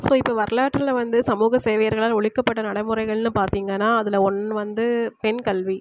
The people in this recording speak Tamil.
ஸோ இப்போ வரலாற்றில் வந்து சமூக சேவையர்களால் ஒழிக்கப்பட்ட நடைமுறைகள்னு பார்த்தீங்கன்னா அதில் ஒன்று வந்து பெண்கல்வி